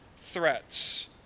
threats